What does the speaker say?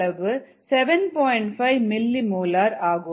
5 milli molar ஆகும்